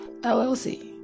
LLC